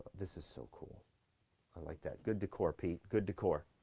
this is so cool i like that good decor pete good decor